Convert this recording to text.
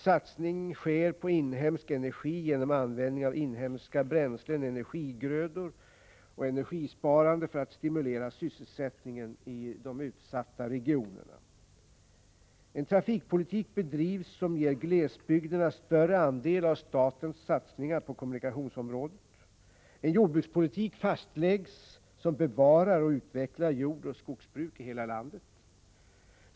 — Satsning sker på inhemsk energi genom användning av inhemska bränslen, energigrödor och energisparande för att stimulera sysselsättningen i de utsatta regionerna. — En trafikpolitik bedrivs som ger glesbygderna större andel av statens satsningar på kommunikationsområdet. —= En jordbrukspolitik fastläggs som bevarar och utvecklar jordoch skogsbruk i hela landet.